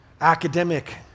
academic